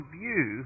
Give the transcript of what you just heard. view